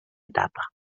etapa